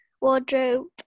wardrobe